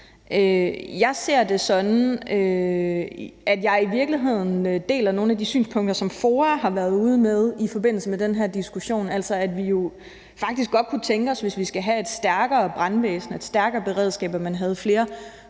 Jeg deler i virkeligheden nogle af de synspunkter, som FOA har været ude med i forbindelse med den her diskussion, altså at vi jo faktisk godt kunne tænke os, hvis vi skal have et stærkere brandvæsen og et stærkere beredskab, at man havde flere